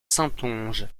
saintonge